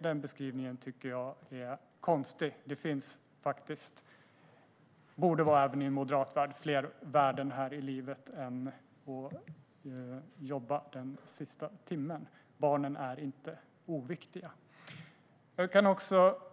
Den beskrivningen tycker jag är konstig. Det borde även i en moderat värld finnas fler värden här i livet än att jobba en sista timme. Barnen är inte oviktiga.